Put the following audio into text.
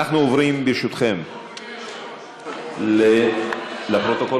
עוברים, ברשותכם, נא להוסיף לפרוטוקול.